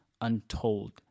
untold